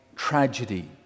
Tragedy